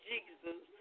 Jesus